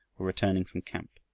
were returning from camp.